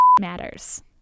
matters